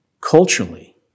Culturally